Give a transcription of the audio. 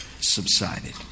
subsided